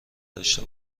داشته